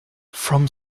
from